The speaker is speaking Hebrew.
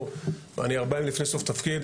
אני ארבעה ימים לפני סוף תפקיד,